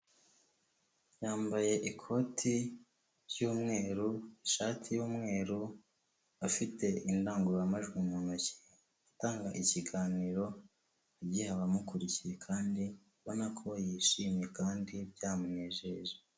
Yambaye ikoti ry'umweru, ishati y'umweru afite indangururamajwi mu ntoki, atanga ikiganiro agiha abamukurikiye kandi ubona ko yishimye kandi byamunejeje.